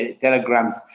telegrams